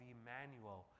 Emmanuel